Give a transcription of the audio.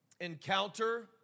encounter